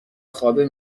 خوابه